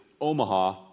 Omaha